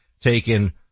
taken